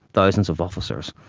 thousands of officers,